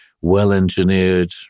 well-engineered